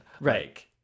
Right